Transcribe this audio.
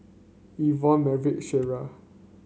Yvonne Maverick Shreya